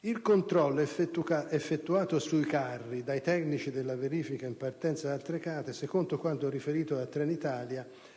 Il controllo effettuato sui carri dai tecnici della verifica in partenza da Trecate, secondo quanto riferito da Trenitalia,